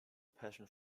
passion